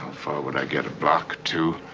far would i get? a block? two?